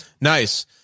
Nice